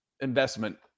investment